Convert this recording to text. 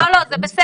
לא, זה בסדר,